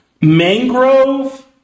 mangrove